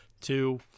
two